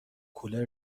کولر